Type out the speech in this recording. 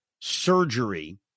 surgery